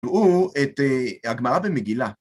ראו את הגמרא במגילה.